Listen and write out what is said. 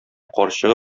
карчыгы